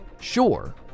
Sure